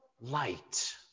light